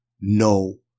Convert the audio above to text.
No